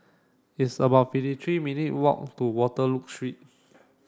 it's about fifty three minute walk to Waterloo Street